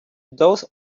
those